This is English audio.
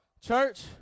Church